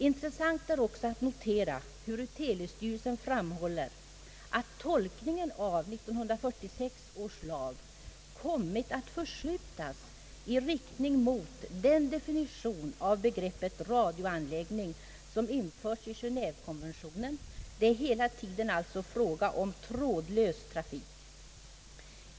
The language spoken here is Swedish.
Intressant är också att notera hur telestyrelsen framhåller att tolkningen av 1946 års lag kommit att förskjutas i riktning mot den definition av begreppet radioanläggning som införts i Genevekonventionen. Det är alltså hela tiden fråga om trådlös trafik.